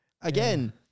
again